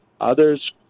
others